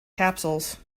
capsules